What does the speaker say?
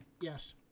Yes